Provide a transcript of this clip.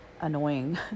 annoying